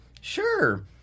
sure